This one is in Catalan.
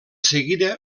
seguida